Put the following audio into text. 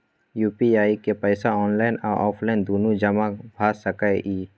UPI के पैसा online आ ऑफलाइन दुनू जमा भ सकै इ?